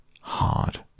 hard